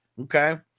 Okay